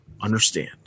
understand